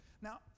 Now